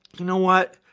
you know what,